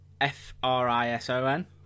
F-R-I-S-O-N